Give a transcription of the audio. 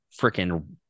freaking